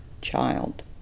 child